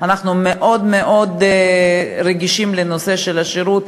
אנחנו מאוד מאוד רגישים לנושא של השירות,